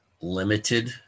limited